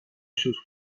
sus